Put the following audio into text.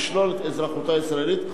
לשלול את אזרחותו הישראלית,